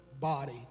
body